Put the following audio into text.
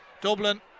Dublin